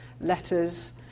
Letters